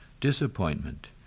disappointment